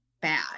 bad